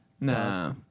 Nah